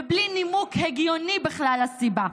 ובלי נימוק הגיוני בכלל לסיבה.